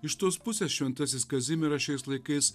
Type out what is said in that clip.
iš tos pusės šventasis kazimieras šiais laikais